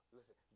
Listen